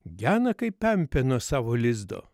gena kaip pempė nuo savo lizdo